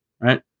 Right